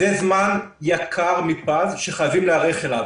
זה זמן יקר מפז שחייבים להיערך אליו.